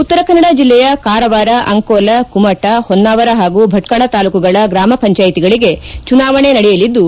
ಉತ್ತಕನ್ನಡ ಜಿಲ್ಲೆಯ ಕಾರವಾರ ಅಂಕೋಲಾ ಕುಮಟಾ ಹೊನ್ನಾವರ ಹಾಗೂ ಭಟ್ಗಳ ತಾಲೂಕುಗಳ ಗ್ರಾಮ ಪಂಚಾಯಿತಿಗಳಿಗೆ ಚುನಾವಣೆ ನಡೆಯಲಿದ್ದು